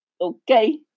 Okay